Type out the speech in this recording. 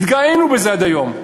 התגאינו בזה עד היום.